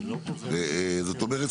זאת אומרת,